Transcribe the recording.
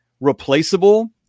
replaceable